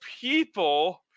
people